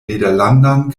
nederlandan